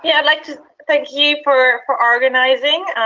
yeah, i'd like to thank you for for organizing.